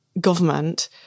government